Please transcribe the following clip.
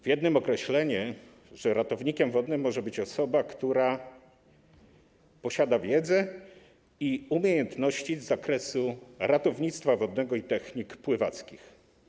W jednym jest określenie, że ratownikiem wodnym może być osoba, która posiada wiedzę i umiejętności z zakresu ratownictwa wodnego i technik pływackich.